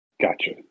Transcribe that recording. Gotcha